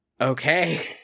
Okay